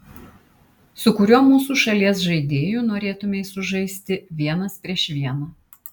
su kuriuo mūsų šalies žaidėju norėtumei sužaisti vienas prieš vieną